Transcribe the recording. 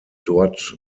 dort